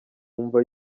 mva